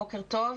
בוקר טוב.